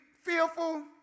fearful